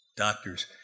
doctors